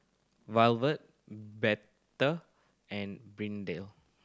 Violette Bette and Brittanie